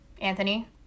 Anthony